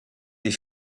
des